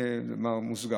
במאמר מוסגר.